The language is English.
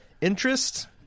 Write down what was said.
Interest